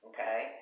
Okay